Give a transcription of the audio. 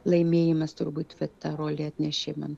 laimėjimas turbūt va ta rolė atnešė man